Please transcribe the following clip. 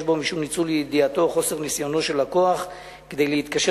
בו משום ניצול אי-ידיעתו או חוסר ניסיונו של לקוח כדי להתקשר